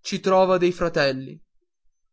ci trova dei fratelli